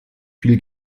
viel